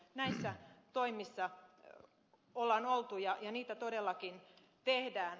näissä toimissa on oltu ja niitä todellakin tehdään